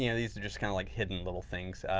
yeah these are just kind of like hidden little things.